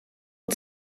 het